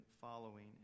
following